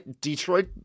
Detroit